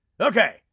Okay